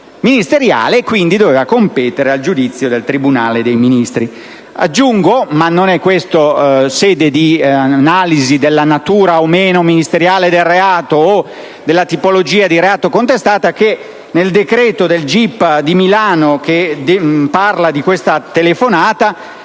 ministeriale, che, quindi, doveva competere al giudizio del tribunale dei Ministri.